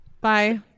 Bye